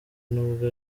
n’ubwo